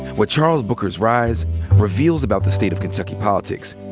what charles booker's rise reveals about the state of kentucky politics,